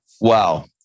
Wow